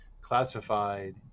classified